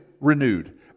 renewed